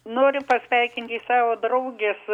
noriu pasveikinti savo draugės